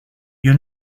you